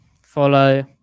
follow